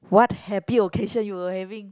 what happy occasion you were having